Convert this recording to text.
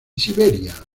siberia